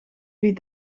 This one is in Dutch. wie